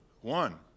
one